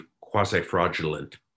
quasi-fraudulent